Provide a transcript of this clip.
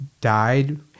died